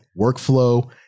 workflow